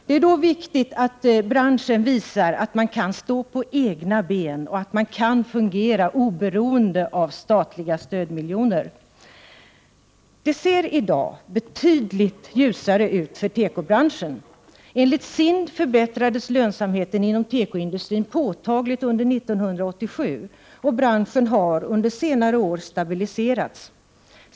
Det är då viktigt att branschen visar att man kan stå på egna ben och att man kan fungera oberoende av statliga stödmiljoner. Det ser i dag betydligt ljusare ut för tekobranschen. Enligt SIND förbättrades lönsamheten inom tekoindustrin påtagligt under 1987, och branschen har under senare år stabiliserats.